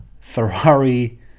Ferrari